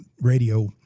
Radio